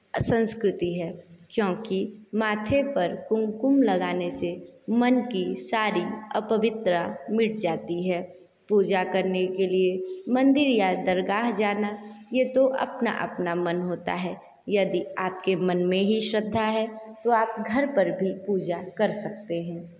संस्कृति है क्योंकि माथे पर कुमकुम लगाने से मन की सारी अपवित्र मिट जाती है पूजा करने के लिए मंदिर या दरगाह जाना यह तो अपना अपना मन होता है यदि आप के मन में ही श्रद्धा है तो आप घर पर भी पूजा कर सकते हैं